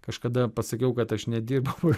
kažkada pasakiau kad aš nedirbu pagal